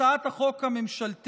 הצעת החוק הממשלתית,